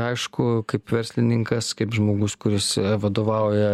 aišku kaip verslininkas kaip žmogus kuris vadovauja